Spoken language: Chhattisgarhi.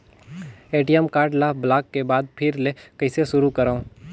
ए.टी.एम कारड ल ब्लाक के बाद फिर ले कइसे शुरू करव?